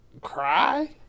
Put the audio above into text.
cry